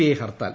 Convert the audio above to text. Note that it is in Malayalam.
ഐ ഹർത്താൽ